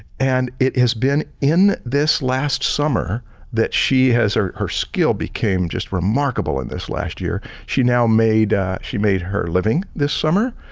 and it has been in this last summer that she has ah her skill became just remarkable in this last year, she now made she made her living this summer.